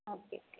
okay okay